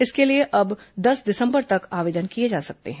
इसके लिए अब दस दिसम्बर तक आवेदन किये जा सकते हैं